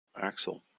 Axel